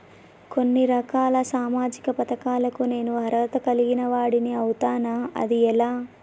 కొన్ని రకాల సామాజిక పథకాలకు నేను అర్హత కలిగిన వాడిని అవుతానా? అది ఎలా?